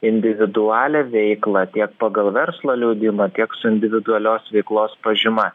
individualią veiklą tiek pagal verslo liudijimą tiek su individualios veiklos pažyma